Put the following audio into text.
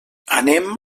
anem